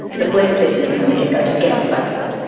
the police said to me from the get go, just get off facebook.